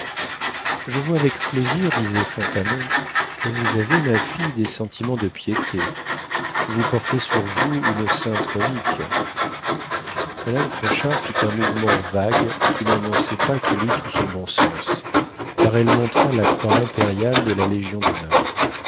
je vois avec plaisir disait fontanon que vous avez ma fille des sentiments de piété vous portez sur vous une sainte relique madame crochard fit un mouvement vague qui n'annonçait pas qu'elle eût tout son bon sens car elle montra la croix impériale de la légion-d'honneur